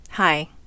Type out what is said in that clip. Hi